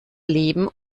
leben